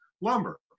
lumber